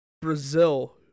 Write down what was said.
Brazil